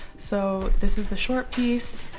so this is the short piece